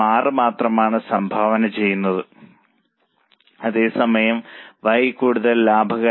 6 മാത്രമാണ് സംഭാവന ചെയ്യുന്നത് അതേസമയം Y കൂടുതൽ ലാഭകരമാണ് 1